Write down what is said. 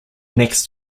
next